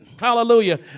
Hallelujah